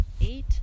eight